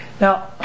Now